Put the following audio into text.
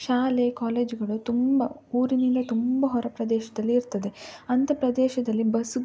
ಶಾಲೆ ಕಾಲೇಜುಗಳು ತುಂಬ ಊರಿನಿಂದ ತುಂಬ ಹೊರ ಪ್ರದೇಶದಲ್ಲಿ ಇರ್ತದೆ ಅಂಥ ಪ್ರದೇಶದಲ್ಲಿ ಬಸ್